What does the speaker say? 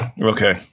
okay